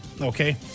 Okay